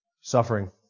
Suffering